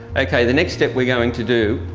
okay, the next step we're going to do,